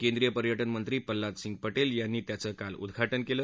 केंद्रीय पर्यटन मंत्री पल्लाद सिंग पटेल यांनी त्याचं काल उद्घाटन केलं